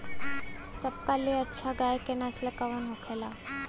सबका ले अच्छा गाय के नस्ल कवन होखेला?